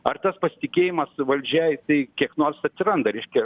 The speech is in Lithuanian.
ar tas pasitikėjimas valdžia jisai kiek nors atsiranda reiškia